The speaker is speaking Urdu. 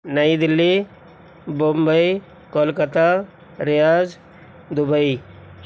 نئی دلّی ممبئی کولکاتا ریاض دبئی